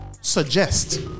suggest